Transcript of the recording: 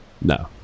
No